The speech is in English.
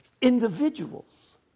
individuals